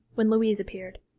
when louise appeared.